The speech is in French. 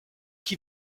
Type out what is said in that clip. qui